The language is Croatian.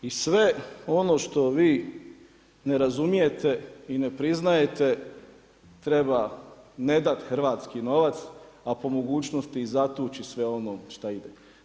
I sve ono što vi ne razumijete i ne priznajete, treba ne dati hrvatski novac, a po mogućnosti i zatuči sve ono što ide.